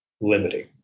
limiting